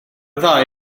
ddau